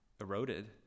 eroded